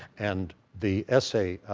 and the essay,